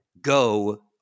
go